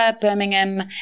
Birmingham